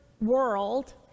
world